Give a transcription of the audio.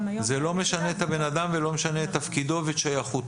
היום --- זה לא משנה את הבן אדם ולא משנה את תפקידו ואת שייכותו.